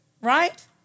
Right